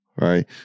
right